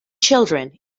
children